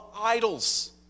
idols